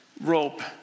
rope